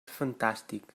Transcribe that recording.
fantàstic